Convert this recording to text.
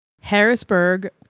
Harrisburg